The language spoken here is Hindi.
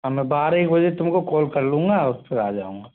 हाँ मैं बारह एक बजे तुमको कॉल कर लूँगा और फिर आ जाऊंगा